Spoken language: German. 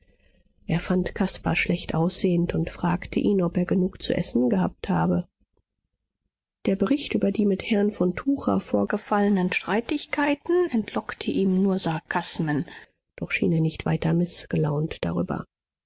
er fand caspar schlecht aussehend und fragte ihn ob er genug zu essen gehabt habe der bericht über die mit herrn von tucher vorgefallenen streitigkeiten entlockte ihm nur sarkasmen doch schien er nicht weiter mißgelaunt darüber